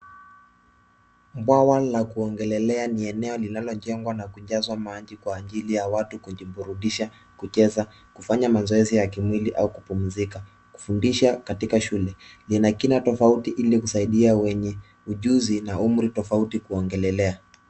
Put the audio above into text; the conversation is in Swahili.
Bwawa la kuogelelea ni eneo linalojengwa na kujazwa maji kwa ajili ya watu kujiburudisha, kucheza, kufanya mazoezi ya kimwili au kupumzika. Kufundisha katika shule lina kina tofauti ili kusaidia wenye ujuzi na umri tofauti kuogelelea.